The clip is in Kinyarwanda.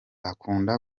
akunda